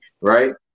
right